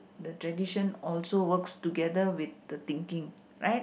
the tradition also works together with the thinking right